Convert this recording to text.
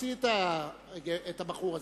תוציא את הבחור הזה.